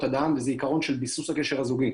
אדם וזה עיקרון של ביסוס הקשר הזוגי,